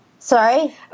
Sorry